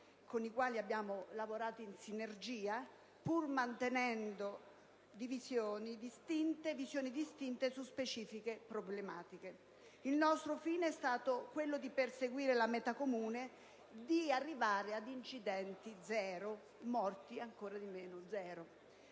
con i quali abbiamo lavorato in sinergia, pur mantenendo visioni distinte su specifiche problematiche. Il nostro fine è stato quello di perseguire la meta comune, di arrivare ad "incidenti zero", e quindi ad un numero